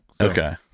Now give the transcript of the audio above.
okay